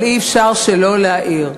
אבל אי-אפשר שלא להעיר.